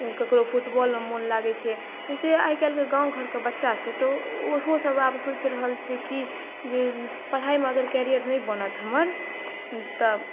ककरो फुटबॉलमे मन लागैत छै तऽ से आइ काल्हिके गाँव घरके बच्चा छै तऽ ओहो सभ आब सोचि रहल छै कि जे पढाइमे अगर कैरियर नहि बनत हमर तऽ